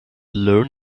learn